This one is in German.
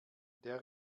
der